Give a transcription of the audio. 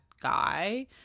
guy